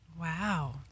Wow